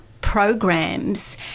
programs